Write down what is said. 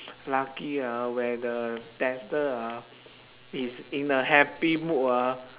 lucky ah where the tester ah is in a happy mood ah